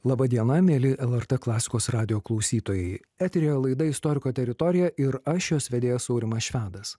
laba diena mieli lrt klasikos radijo klausytojai eteryje laida istoriko teritorija ir aš jos vedėjas aurimas švedas